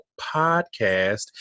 podcast